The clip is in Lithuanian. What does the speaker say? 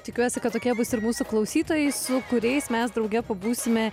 tikiuosi kad tokie bus ir mūsų klausytojai su kuriais mes drauge pabūsime